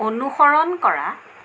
অনুসৰণ কৰা